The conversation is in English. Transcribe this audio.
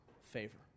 favor